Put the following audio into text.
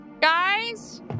Guys